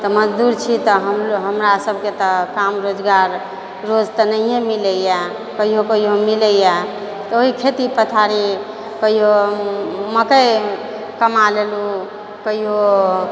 तऽ मजदूर छी तऽ हमरा सभके तऽ काम रोजगार रोज तऽ नहिए मिलैए कहियो कहियो मिलैए वही खेती पथारी कहियौ मकई कमा लेलहुँ कहियो